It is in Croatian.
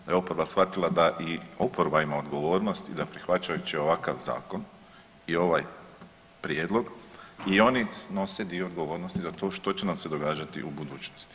Da je oporba shvatila da i oporba ima odgovornost i da prihvaćajući ovakav zakon i ovaj prijedlog i oni snose dio odgovornosti za to što će nam događati u budućnosti.